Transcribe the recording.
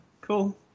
cool